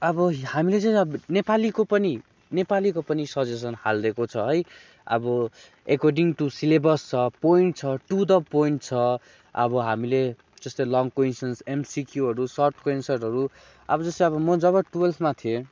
अब हामीले चाहिँ अब नेपालीको पनि नेपालीको पनि सजेसन हालिदिएको छ है अब एकोर्डिङ टू सिलेबस छ पोइन्ट छ टू द पोइन्ट छ अब हामीले जस्तै लङ कोइसन्स एमसिक्यूहरू सर्टको एन्सरहरू अब जस्तै अब म जब टुएल्भमा थिएँ